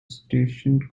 stationed